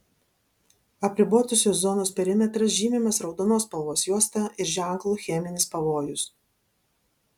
apribotosios zonos perimetras žymimas raudonos spalvos juosta ir ženklu cheminis pavojus